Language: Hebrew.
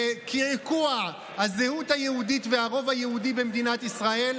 בקעקוע הזהות היהודית והרוב היהודי במדינת ישראל.